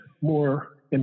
more